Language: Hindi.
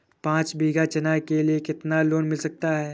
पाँच बीघा चना के लिए कितना लोन मिल सकता है?